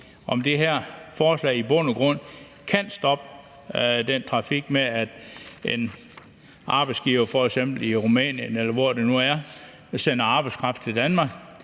om det her forslag i bund og grund kan stoppe den trafik, hvor en arbejdsgiver i f.eks. Rumænien, eller hvor det nu er, sender arbejdskraft til Danmark